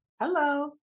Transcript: Hello